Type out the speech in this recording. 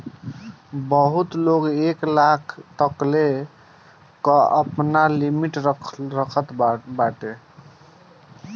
बहुते लोग एक लाख तकले कअ आपन लिमिट रखत बाटे